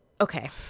okay